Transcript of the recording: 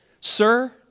sir